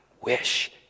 wish